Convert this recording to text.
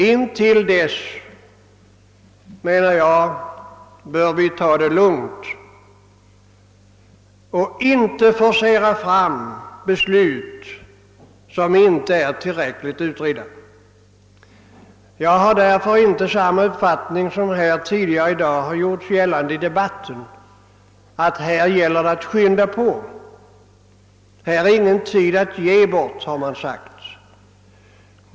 Innan dess, menar jag, bör vi ta det lugnt och inte forcera fram beslut i frågor som inte är tillräckligt utredda. Jag delar därför inte den uppfattningen som har framförts tidigare i dag i debatten, näm ligen att det här gäller att skynda på; här är ingen tid att ge bort, har man sagt.